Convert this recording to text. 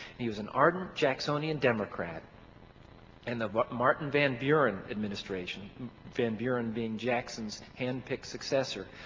and he was an ardent jacksonian democrat and the martin van buren administration van buren being jackson's hand-picked successor,